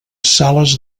sales